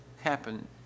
happen